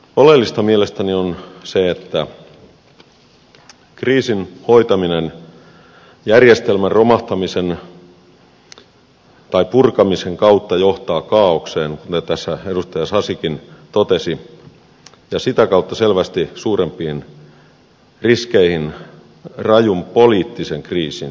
oleellista mielestäni on se että kriisin hoitaminen järjestelmän romahtamisen tai purkamisen kautta johtaa kaaokseen kuten tässä edustaja sasikin totesi ja sitä kautta selvästi suurempiin riskeihin rajun poliittisen kriisin syntymisestä